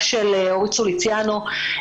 החינוך.